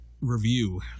review